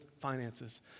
finances